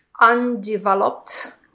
undeveloped